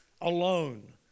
alone